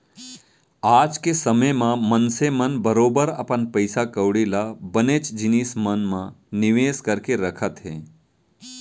आज के समे म मनसे मन बरोबर अपन पइसा कौड़ी ल बनेच जिनिस मन म निवेस करके रखत हें